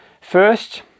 First